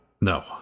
no